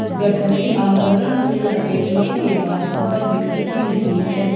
गठरी आवरण से लपेटने के बाद फसल बिखरती नहीं है